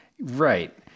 Right